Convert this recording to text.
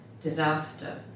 disaster